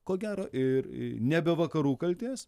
ko gero ir ne be vakarų kaltės